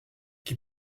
qui